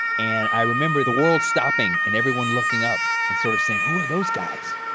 and i remember the world stopping and everyone looking up and sort of saying, who are those guys?